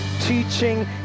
teaching